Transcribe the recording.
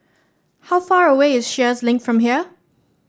how far away is Sheares Link from here